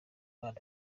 abana